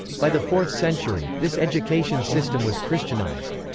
by the fourth century, this education system was christianized.